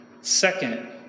Second